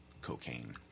cocaine